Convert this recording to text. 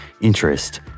interest